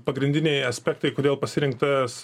pagrindiniai aspektai kodėl pasirinktas